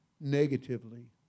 negatively